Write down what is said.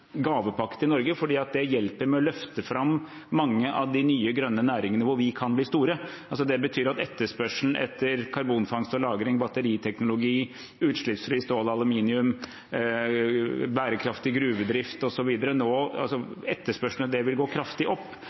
Norge, fordi det hjelper med å løfte fram mange av de nye, grønne næringene, hvor vi kan bli store. Det betyr at etterspørselen etter karbonfangst og -lagring, batteriteknologi, utslippsfritt stål og utslippsfri aluminium, bærekraftig gruvedrift osv. vil gå kraftig opp. Det